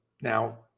now